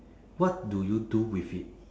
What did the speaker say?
what do you do with it